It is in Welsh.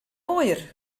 oer